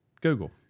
google